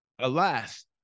Alas